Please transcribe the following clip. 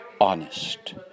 honest